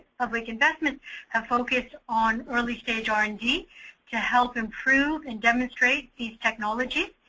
public investment ah focus on early stage r and d to help improve and demonstrate these technologies.